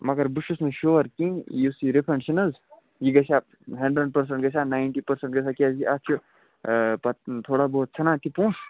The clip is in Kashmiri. مگر بہٕ چھُس نہٕ شوٗوَر کیٚنٛہہ یُس یہِ رِفَنٛڈ چھُنہٕ حظ یہِ گژھیٛا ہَنٛڈرَنٛڈ پٔرسَنٛٹہٕ گژھیٛا نایِنٹی پٔرسَنٛٹہٕ گژھیٛا کیٛازِ کہِ اَتھ چھِ پَتہٕ تھوڑا بہت ژھیٚنان کیٚنٛہہ پۄنٛسہٕ